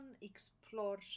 explore